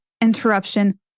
interruption